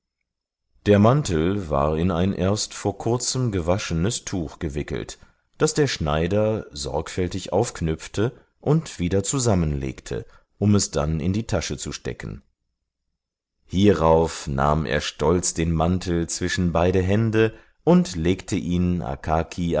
der mantel war in ein erst vor kurzem gewaschenes tuch gewickelt das der schneider sorgfältig aufknüpfte und wieder zusammenlegte um es dann in die tasche zu stecken hierauf nahm er stolz den mantel zwischen beide hände und legte ihn